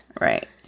right